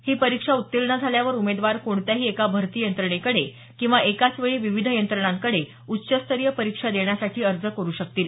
ही परीक्षा उत्तीण झाल्यावर उमेदवार कोणत्याही एका भरती यंत्रणेकडे किंवा एकाच वेळी विविध यंत्रणांकडे उच्चस्तरीय परीक्षा देण्यासाठी अर्ज करु शकतील